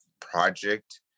project